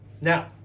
Now